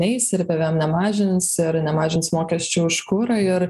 neis ir pvm nemažins ir nemažins mokesčių už kurą ir